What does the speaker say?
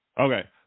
Okay